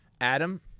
Adam